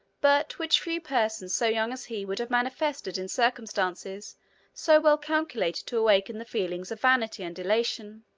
but which few persons so young as he would have manifested in circumstances so well calculated to awaken the feelings of vanity and elation.